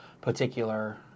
particular